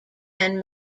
ten